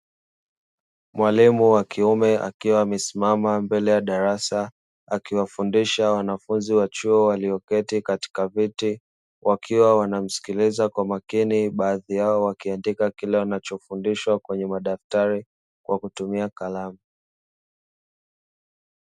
Mwalimu wa kiume akiwa amesimama mbele ya darasa akiwafundisha wanafunzi wa chuo walioketi katika viti, wakiwa wanamsikiliza kwa makini baadhi yao wakiandika kile wanachofundishwa kwenye madaftari kwa kutumia kalamu.